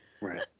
Right